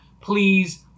please